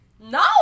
No